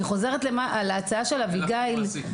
אני חוזרת להצעה של אביגיל.